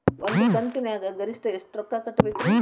ಒಂದ್ ಕಂತಿನ್ಯಾಗ ಗರಿಷ್ಠ ಎಷ್ಟ ರೊಕ್ಕ ಕಟ್ಟಬೇಕ್ರಿ?